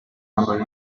number